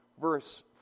verse